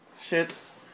shit's